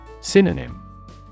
Synonym